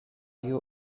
you